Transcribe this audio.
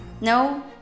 No